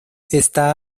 está